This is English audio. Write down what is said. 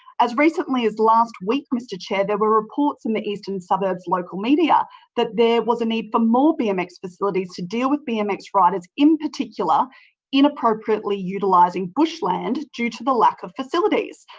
as recently as last week, mr chair, there were reports in the eastern suburbs local media that there was a need for more bmx facilities to deal with bmx riders, in particular inappropriately utilising bushland due to the lack of facilities.